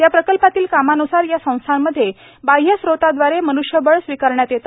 त्या प्रकल्पातील कामान्सार या संस्थांमध्ये बाह्यस्त्रोतादवारे मन्ष्यबळ स्वीकारण्यात येते